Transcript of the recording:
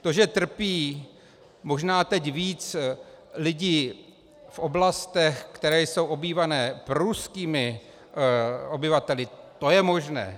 To, že trpí možná teď víc lidi v oblastech, které jsou obývané proruskými obyvateli, to je možné.